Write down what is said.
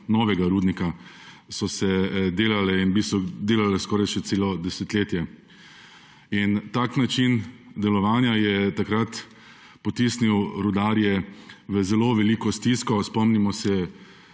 novega rudnika Brnica so se delale še skoraj celo desetletje. Tak način delovanja je takrat potisnil rudarje v zelo veliko stisko. Spomnimo se